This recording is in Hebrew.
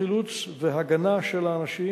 חילוץ והגנה לאנשים,